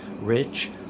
rich